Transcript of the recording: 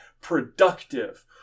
productive